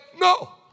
No